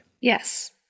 Yes